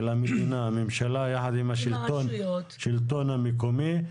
של הממשלה יחד עם השלטון המקומי.